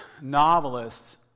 novelist